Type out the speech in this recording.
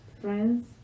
friends